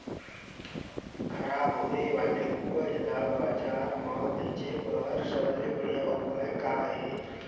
खराब होए वाले उपज ल बाजार म बेचे बर सबले बढ़िया उपाय का हे?